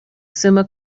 summa